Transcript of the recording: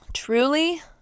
Truly